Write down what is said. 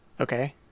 Okay